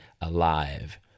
alive